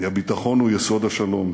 כי הביטחון הוא יסוד השלום.